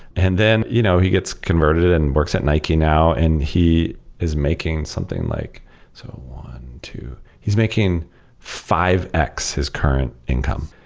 and then you know he gets converted and works at nike now and he is making something like so two he's making five x his current income.